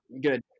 Good